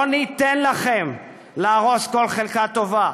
לא ניתן לכם להרוס כל חלקה טובה,